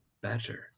better